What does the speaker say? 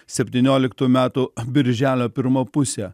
septynioliktų metų birželio pirma pusė